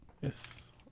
Yes